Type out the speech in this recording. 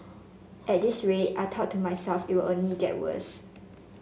at this rate I thought to myself it will only get worse